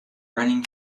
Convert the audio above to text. running